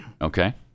Okay